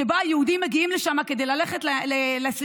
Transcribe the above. שבו היהודים מגיעים לשם כדי ללכת לסליחות,